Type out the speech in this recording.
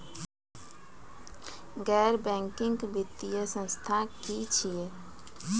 गैर बैंकिंग वित्तीय संस्था की छियै?